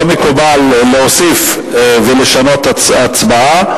לא מקובל לשנות הצבעה.